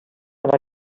amb